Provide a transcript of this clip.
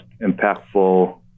impactful